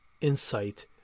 insight